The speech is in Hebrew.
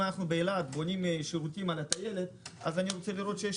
אם אנחנו בונים באילת שירותים בטיילת אז אני רוצה לראות שיש